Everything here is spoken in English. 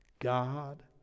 God